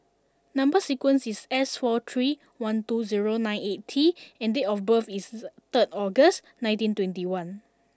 number sequence is S four three one two zero nine eight T and date of birth is third August nineteen twenty one